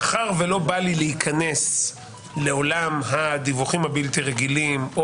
מאחר שלא בא לי להיכנס לעולם הדיווחים הבלתי רגילים או